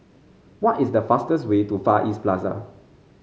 what is the fastest way to Far East Plaza